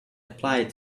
applied